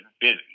busy